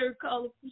colorful